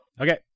okay